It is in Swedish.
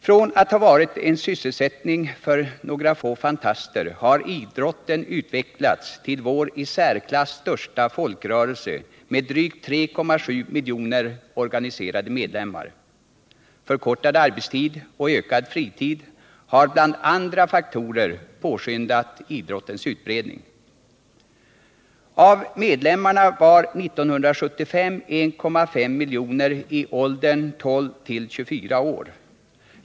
Från att ha varit en sysselsättning för några få fantaster har idrotten utvecklats till vår i särklass största folkrörelse med drygt 3,7 miljoner organiserade medlemmar. Förkortad arbetstid och ökad fritid har bland andra faktorer påskyndat idrottens utbredning. Av medlemmarna var 1975 1,5 miljoner i åldern 12-24 år.